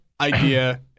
idea